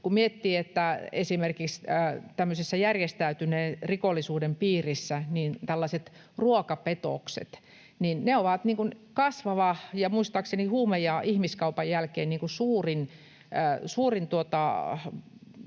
Kun miettii, että esimerkiksi järjestäytyneen rikollisuuden piirissä kasvava, ja muistaakseni huume- ja ihmiskaupan jälkeen suurin,